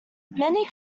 many